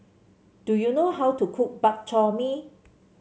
do you know how to cook Bak Chor Mee